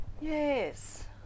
Yes